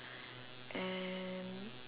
and